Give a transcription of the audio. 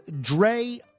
Dre